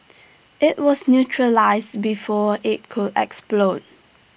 IT was neutralise before IT could explode